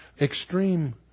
extreme